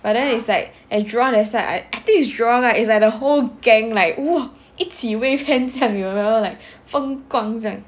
but then is like at jurong that side I think is jurong right is like the whole gang like !wow! 一起 wave hand 这样有没有 like 风光这样